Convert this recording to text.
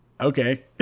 okay